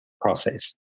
process